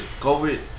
COVID